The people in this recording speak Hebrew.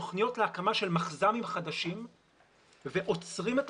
תוכניות להקמת מחז"מים חדשים ועוצרים את